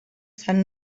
sant